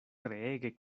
treege